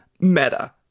meta